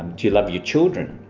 do you love your children?